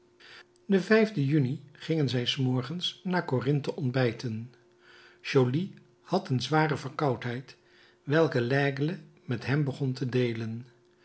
den juni gingen zij s morgens naar corinthe ontbijten joly had een zware verkoudheid welke laigle met hem begon te deelen